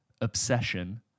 Obsession